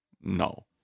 No